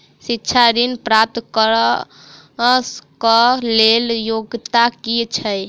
शिक्षा ऋण प्राप्त करऽ कऽ लेल योग्यता की छई?